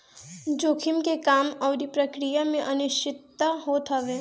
जोखिम के काम अउरी प्रक्रिया में अनिश्चितता होत हवे